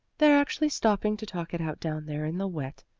they're actually stopping to talk it out down there in the wet.